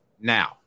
Now